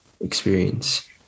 experience